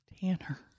Tanner